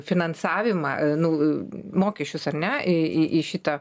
finansavimą a nu mokesčius ar ne į į į šitą